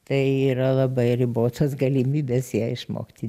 tai yra labai ribotos galimybės ją išmokti